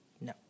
no